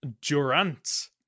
Durant